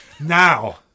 Now